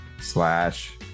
slash